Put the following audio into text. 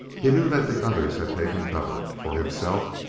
he knew that the others had taken cover. for himself,